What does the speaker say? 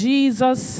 Jesus